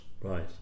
right